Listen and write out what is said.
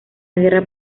guerra